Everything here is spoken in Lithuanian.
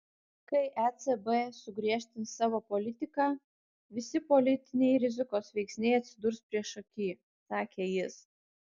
kai ecb sugriežtins savo politiką visi politiniai rizikos veiksniai atsidurs priešaky sakė jis